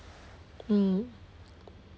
mm